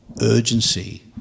urgency